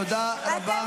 תודה רבה.